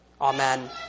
amen